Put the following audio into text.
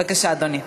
בבקשה, אדוני.